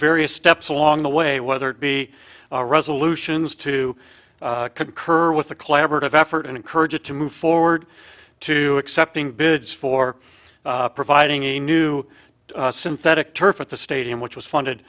various steps along the way whether it be resolutions to concur with the collaborative effort and encourage it to move forward to accepting bids for providing a new synthetic turf at the stadium which was funded